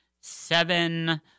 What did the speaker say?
seven